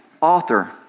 author